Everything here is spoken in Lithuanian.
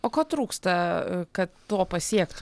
o ko trūksta kad to pasiekti